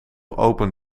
open